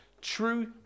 True